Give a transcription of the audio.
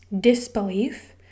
disbelief